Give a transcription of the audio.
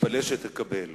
תתפלא שתקבל.